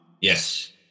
Yes